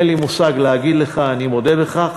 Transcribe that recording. אין לי מושג כדי להגיד לך, אני מודה בכך,